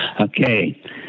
Okay